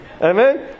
Amen